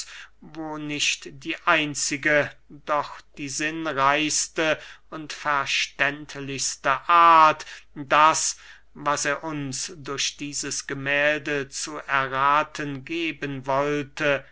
wo nicht die einzige doch die sinnreichste und verständigste art das was er uns durch dieses gemählde zu errathen geben wollte